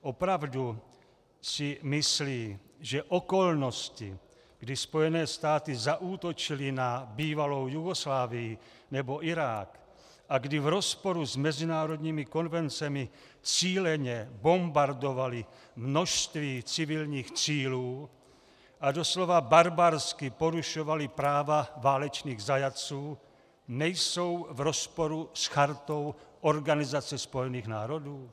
Opravdu si myslí, že okolnosti, kdy Spojené státy zaútočily na bývalou Jugoslávii nebo Irák a kdy v rozporu s mezinárodními konvencemi cíleně bombardovaly množství civilních cílů a doslova barbarsky porušovaly práva válečných zajatců, nejsou v rozporu s Chartou Organizace spojených národů?